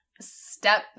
step